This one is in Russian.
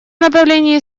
направлении